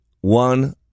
One